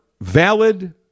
valid